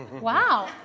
wow